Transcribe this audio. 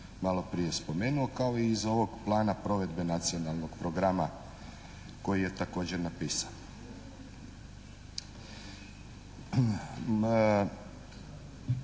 maloprije spomenuo, kao i iz ovog plana provedbe nacionalnog programa koji je također napisan.